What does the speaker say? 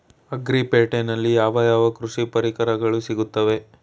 Agri ಪೇಟೆನಲ್ಲಿ ಯಾವ ಯಾವ ಕೃಷಿ ಪರಿಕರಗಳು ಸಿಗುತ್ತವೆ?